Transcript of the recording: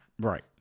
Right